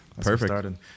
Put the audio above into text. perfect